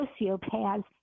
sociopaths